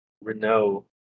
Renault